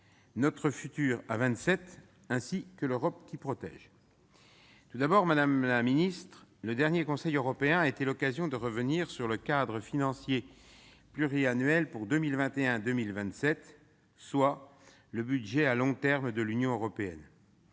notre futur à 27 ainsi que l'Europe qui protège. Premièrement, madame la secrétaire d'État, le dernier Conseil européen a été l'occasion de revenir sur le cadre financier pluriannuel pour 2021-2027, soit le budget à long terme de l'Union européenne.